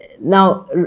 Now